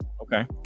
Okay